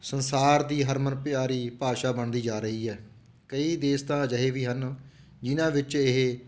ਸੰਸਾਰ ਦੀ ਹਰਮਨ ਪਿਆਰੀ ਭਾਸ਼ਾ ਬਣਦੀ ਜਾ ਰਹੀ ਹੈ ਕਈ ਦੇਸ਼ ਤਾਂ ਅਜਿਹੇ ਵੀ ਹਨ ਜਿਹਨਾਂ ਵਿੱਚ ਇਹ